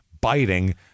biting